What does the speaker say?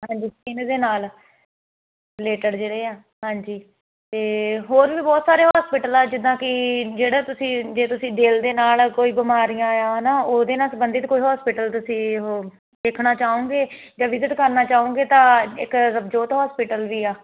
ਹਾਂਜੀ ਸਕਿਨ ਦੇ ਨਾਲ ਰਿਲੇਟਡ ਜਿਹੜੇ ਆ ਹਾਂਜੀ ਤੇ ਹੋਰ ਵੀ ਬਹੁਤ ਸਾਰੇ ਹੋਸਪਿਟਲ ਆ ਜਿੱਦਾਂ ਕਿ ਜਿਹੜਾ ਤੁਸੀਂ ਜੇ ਤੁਸੀਂ ਦਿਲ ਦੇ ਨਾਲ ਕੋਈ ਬਿਮਾਰੀਆਂ ਆ ਹਨਾ ਉਹਦੇ ਨਾਲ ਸੰਬੰਧਿਤ ਕੋਈ ਹੋਸਪਿਟਲ ਤੁਸੀਂ ਉਹ ਦੇਖਣਾ ਚਾਹੋਗੇ ਜਾਂ ਵਿਜਿਟ ਕਰਨਾ ਚਾਹੋਗੇ ਤਾਂ ਇੱਕ ਰਵਜੋਤ ਹੋਸਪਿਟਲ ਵੀ ਆ